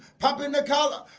popping their collar